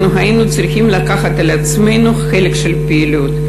אנחנו היינו צריכים לקחת על עצמנו חלק מהפעילות,